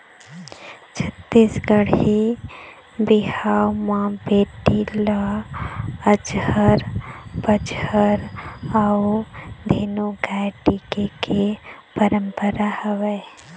छत्तीसगढ़ी बिहाव म बेटी ल अचहर पचहर अउ धेनु गाय टिके के पंरपरा हवय